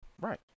Right